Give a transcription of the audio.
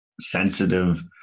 sensitive